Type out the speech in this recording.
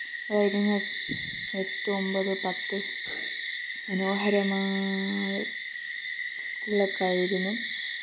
അതായിരുന്നു എട്ട് ഒമ്പത് പത്ത് മനോഹരമായ സ്കൂൾ ഒക്കെ ആയിരുന്നു